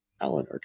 alan